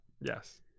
Yes